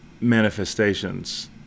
manifestations